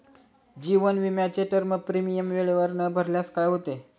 जीवन विमाचे term premium वेळेवर न भरल्यास काय होते?